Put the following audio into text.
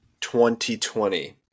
2020